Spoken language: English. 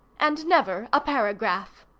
and never a paragraph.